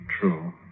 True